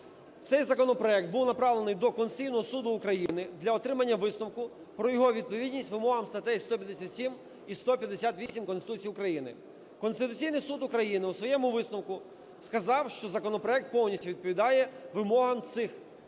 Цей законопроект був направлений до Конституційного Суду України для отримання висновку про його відповідність вимогам статей 157 і 158 Конституції України. Конституційний Суд України у своєму висновку сказав, що законопроект повністю відповідає вимогам цих норм